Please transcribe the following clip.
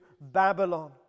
Babylon